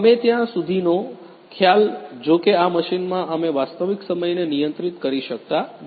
અમે ત્યાં સુધીનો ખ્યાલ જો કે આ મશીનમાં અમે વાસ્તવિક સમયને નિયંત્રિત કરી શકતા નથી